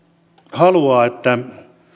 haluaa että